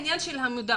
העניין של המודעות,